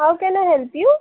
how can I help you